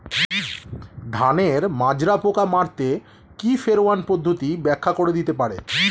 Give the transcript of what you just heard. ধানের মাজরা পোকা মারতে কি ফেরোয়ান পদ্ধতি ব্যাখ্যা করে দিতে পারে?